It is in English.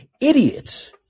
idiots